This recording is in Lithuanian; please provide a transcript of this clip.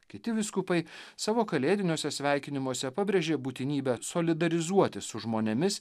kiti vyskupai savo kalėdiniuose sveikinimuose pabrėžė būtinybę solidarizuotis su žmonėmis